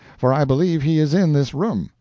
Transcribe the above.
for i believe he is in this room.